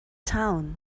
town